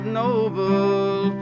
noble